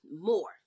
more